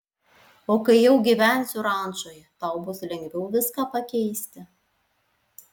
o kai jau gyvensiu rančoje tau bus lengviau viską pakeisti